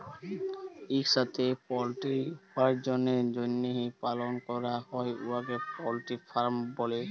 ইকসাথে পলটিরি উপার্জলের জ্যনহে পালল ক্যরা হ্যয় উয়াকে পলটিরি ফার্মিং ব্যলে